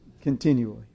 continually